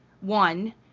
one